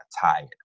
tired